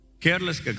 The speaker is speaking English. Careless